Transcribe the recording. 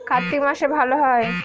কার্তিক মাসে ভালো হয়?